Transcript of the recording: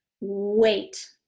wait